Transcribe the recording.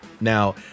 Now